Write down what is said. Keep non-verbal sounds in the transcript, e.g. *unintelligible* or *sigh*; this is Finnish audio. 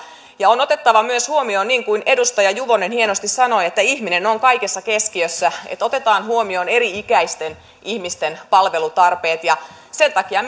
järjestelmiä on otettava myös huomioon niin kuin edustaja juvonen hienosti sanoi että ihminen on kaikessa keskiössä otetaan huomioon eri ikäisten ihmisten palvelutarpeet sen takia *unintelligible*